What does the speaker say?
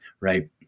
right